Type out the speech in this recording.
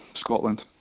Scotland